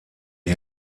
die